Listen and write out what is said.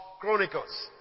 Chronicles